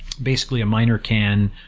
basically a miner can